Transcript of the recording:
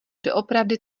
doopravdy